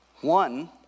One